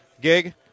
gig